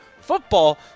football